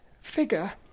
figure